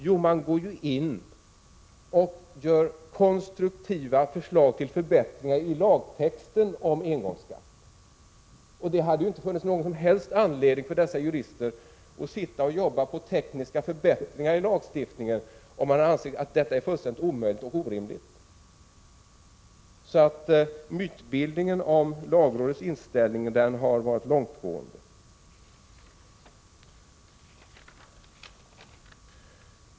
Jo, de går in och gör konstruktiva förslag till förbättringar i lagtexten om engångsskatt. Det hade ju inte funnits någon som helst anledning för dessa jurister att sitta och jobba på tekniska förbättringar i lagstiftningen, om de ansett den fullständigt orimlig och omöjlig. Så mytbildningen om lagrådets inställning har varit långtgående.